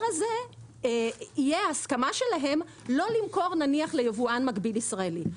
הזה תהיה נניח הסכמה שלהם לא למכור ליבואן מקביל ישראלי.